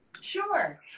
Sure